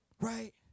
right